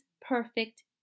perfect